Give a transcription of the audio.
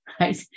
right